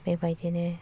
बेबायदिनो